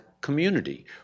community